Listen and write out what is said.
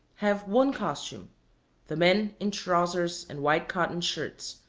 have one costume the men in trowsers and white cotton shirts,